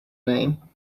name